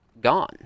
gone